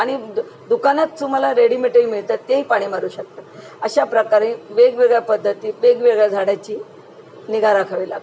आणि दुकानात तुम्हाला रेडीमेडही मिळतात तेही पाणी मारू शकतात अशा प्रकारे वेगवेगळ्या पद्धती वेगवेगळ्या झाडाची निगा राखवी लागते